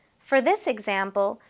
for this example,